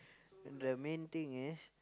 the main thing is